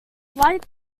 light